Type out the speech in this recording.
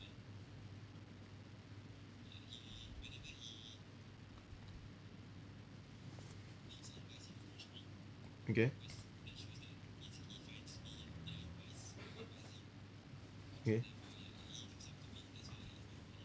okay okay